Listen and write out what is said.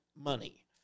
money